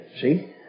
see